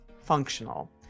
functional